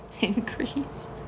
Increase